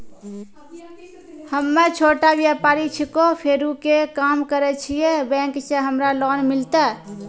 हम्मे छोटा व्यपारी छिकौं, फेरी के काम करे छियै, बैंक से हमरा लोन मिलतै?